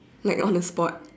like on the spot